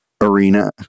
arena